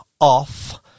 off